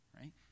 Right